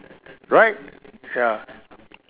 right ya